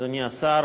אדוני השר,